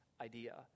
idea